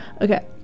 Okay